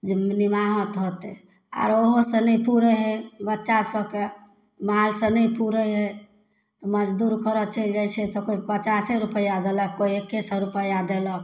जे निमाहत होतै आरो ओहो से नहि पूरै हइ बच्चा सबके माल सऽ नहि पूरै हइ मजदूरी करऽ चलि जाइ छियै तऽ कोइ पचासे रुपैआ देलक तऽ कोइ एक्के सए रुपैआ देलक